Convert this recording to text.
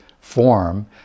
form